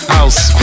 House